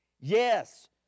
yes